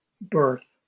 birth